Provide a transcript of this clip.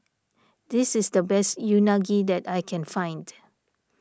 this is the best Unagi that I can find